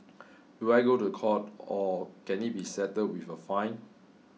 do I go to court or can it be settled with a fine